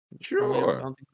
sure